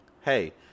hey